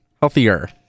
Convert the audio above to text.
Healthier